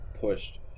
pushed